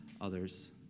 others